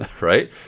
right